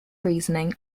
reasoning